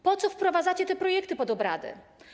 Po co wprowadzacie te projekty pod obrady?